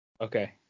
Okay